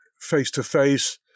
face-to-face